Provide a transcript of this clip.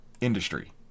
industry